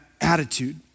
attitude